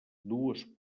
dues